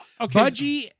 Budgie